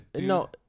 No